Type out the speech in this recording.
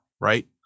right